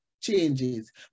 changes